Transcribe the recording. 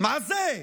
מה זה.